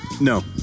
No